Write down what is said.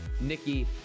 Nikki